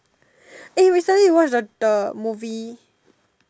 recently you watch the the movie